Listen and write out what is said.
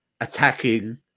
attacking